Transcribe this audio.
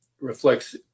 reflects